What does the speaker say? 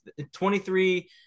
23